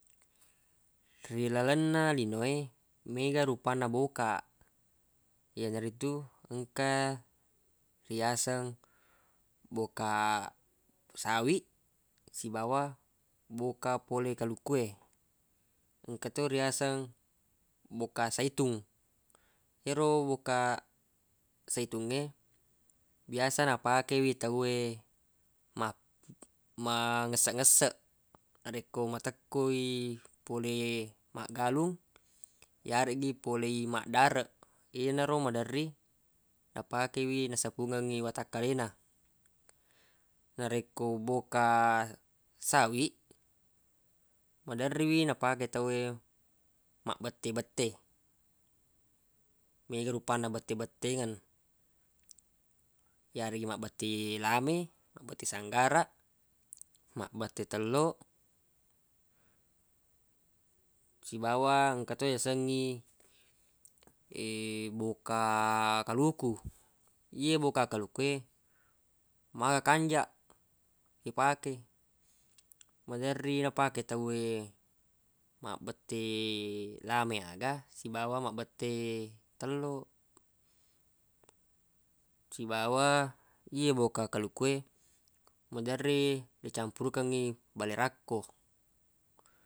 Ri lalenna lino e mega rupanna boka yenaritu engka ri yaseng boka sawiq sibawa boka pole ri kaluku e engka ti riyaseng boka saitung yero boka saitungnge biasa napakei wi tawwe ma- mangesseq-ngesseq narekko matekko i polemaggalung yareggi pole maddareq yenaro maderri napake wi nasafungengngi watakkale na narekko boka sawiq maderri wi na pake tawwe mabbette-bette mega rupanna bette-bettengeng yareggi mabbette lame mabbette sanggaraq mabbette tello sibawa engka to yasengngi boka kaluku ye boka kaluku e maka kanjaq ipake maderri napake tawwe mabbette lame aga sibawa mabbette tello sibawa ye boka kaluku e maderri nacampurukengngi bale rakko.